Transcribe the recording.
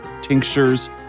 tinctures